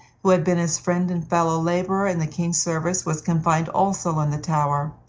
who had been his friend and fellow-laborer in the king's service, was confined also in the tower,